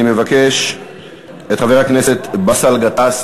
אני מבקש את חבר הכנסת באסל גטאס.